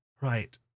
Right